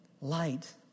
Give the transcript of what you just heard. Light